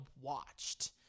watched